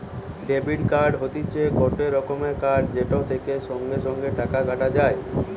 debit card হতিছে গটে রকমের কার্ড যেটা থেকে সঙ্গে সঙ্গে টাকা কাটা যায়